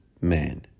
man